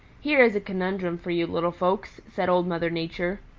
here is a conundrum for you little folks, said old mother nature.